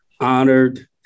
honored